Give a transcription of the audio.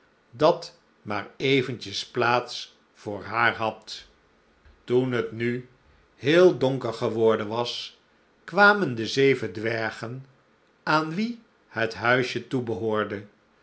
dat maar eventjes plaats voor haar had toen het nu heel donker geworden was kwamen de zeven dwergen aan wie het huisje toebehoorde